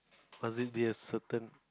must it be a certain